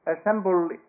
assembled